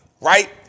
Right